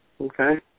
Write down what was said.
Okay